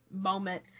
moment